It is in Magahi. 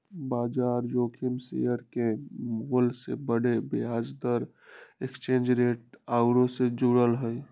बजार जोखिम शेयर के मोल के बढ़े, ब्याज दर, एक्सचेंज रेट आउरो से जुड़ल हइ